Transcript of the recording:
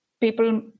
people